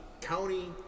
county